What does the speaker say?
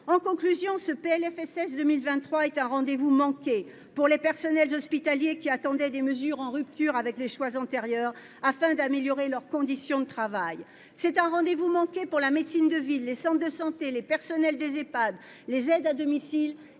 derniers. Ce PLFSS pour 2023 est un rendez-vous manqué pour les personnels hospitaliers, qui attendaient des mesures en rupture avec les choix antérieurs afin d'améliorer leurs conditions de travail. C'est un rendez-vous manqué pour la médecine de ville, les centres de santé, les personnels des Ehpad, les aides à domicile